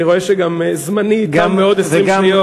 אני רואה שגם זמני תם בעוד 20 שניות.